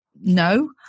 no